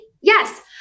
Yes